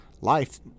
life